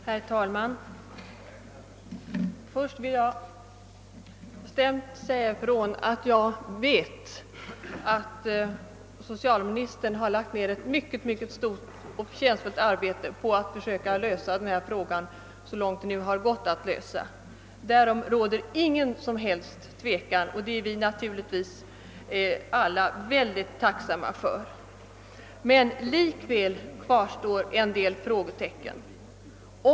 Herr talman! Först vill jag bestämt säga ifrån, att jag vet att socialministern har lagt ned ett mycket stort och förtjänstfullt arbete på att försöka lösa detta problem, så långt det nu går att lösa det. Därom råder inget tvivel, och detta är vi naturligtvis alla synnerligen tacksamma för. Men likväl kvarstår en del frågetecken.